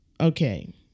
okay